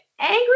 angry